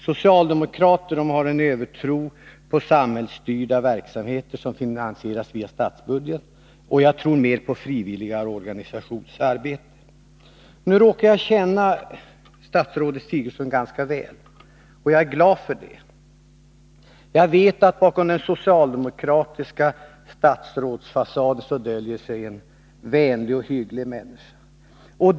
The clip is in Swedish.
Socialdemokrater har en övertro på samhällsstyrda verksamheter som finansieras via statsbudgeten, och jag tror mer på det frivilliga organisationsarbetet. Nu råkar jag känna statsrådet Sigurdsen ganska väl, och jag är glad för det. Jag vet att det döljer sig en vänlig och hygglig människa bakom den socialdemokratiska statsrådsfasaden.